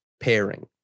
pairing